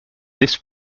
this